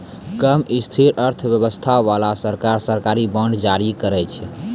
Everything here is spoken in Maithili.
कम स्थिर अर्थव्यवस्था बाला सरकार, सरकारी बांड जारी करै छै